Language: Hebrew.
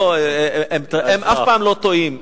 לא, הם אף פעם לא טועים.